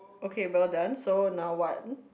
okay well done so now want